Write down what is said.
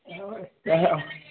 अ